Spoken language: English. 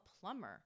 plumber